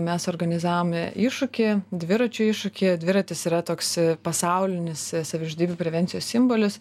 mes organizavome iššūkį dviračių iššūkį dviratis yra toks pasaulinis savižudybių prevencijos simbolis